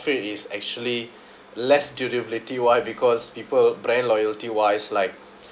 is actually less durability why because people brand loyalty wise like